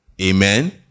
Amen